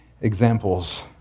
examples